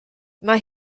mae